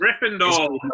Gryffindor